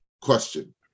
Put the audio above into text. question